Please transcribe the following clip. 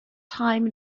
time